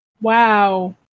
Wow